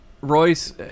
Royce